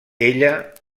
ella